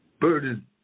burden